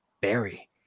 barry